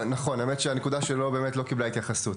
האמת היא ששתי הנקודות שלך לא קיבלו התייחסות,